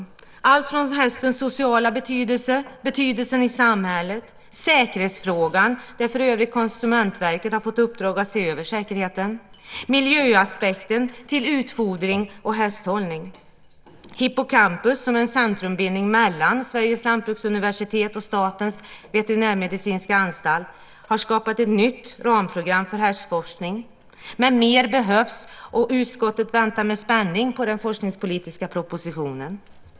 Det gäller allt från hästens sociala betydelse, betydelsen i samhället, säkerhetsfrågan - där för övrigt Konsumentverket har fått i uppdrag att se över säkerheten - miljöaspekten till utfodring och hästhållning. Hippocampus, som är en centrumbildning mellan Sveriges lantbruksuniversitet och Statens veterinärmedicinska anstalt, har skapat ett nytt ramprogram för hästforskning, men mer behövs. Utskottet väntar med spänning på den forskningspolitiska propositionen.